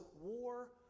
war